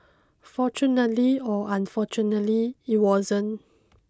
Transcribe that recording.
fortunately or unfortunately it wasn't